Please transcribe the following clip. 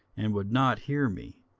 and would not hear me